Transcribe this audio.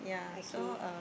okay